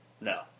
No